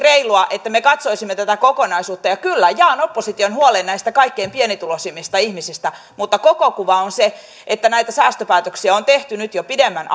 reilua että me katsoisimme tätä kokonaisuutta ja kyllä jaan opposition huolen kaikkein pienituloisimmista ihmisistä mutta koko kuva on se että näitä säästöpäätöksiä on tehty nyt jo pidemmän